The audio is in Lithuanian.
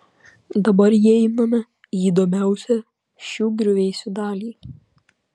dabar įeiname į įdomiausią šių griuvėsių dalį